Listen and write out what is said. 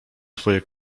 twoje